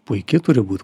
puiki turi būt